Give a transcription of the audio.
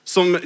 Som